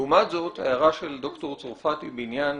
לעומת זאת, ההערה של דוקטור צרפתי בעניין